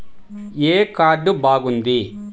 ఏ card బాగుంది?